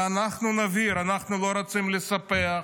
ואנחנו נבהיר: אנחנו לא רוצים לספח,